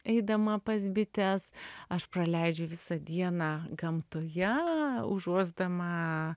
eidama pas bites aš praleidžiu visą dieną gamtoje užuosdama